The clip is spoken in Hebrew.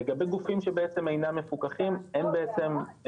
לגבי גופים שבעצם אינם מפוקחים אין בעצם,